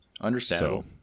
Understandable